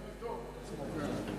הוא צריך לבדוק את עצמו.